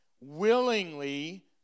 willingly